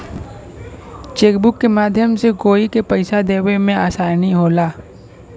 chequebook के माध्यम से कोई के पइसा देवे में आसानी होला